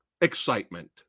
excitement